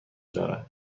دارد